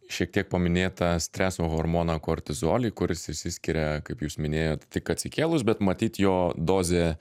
šiek tiek paminėtą streso hormoną kortizolį kuris išsiskiria kaip jūs minėjot tik atsikėlus bet matyt jo dozė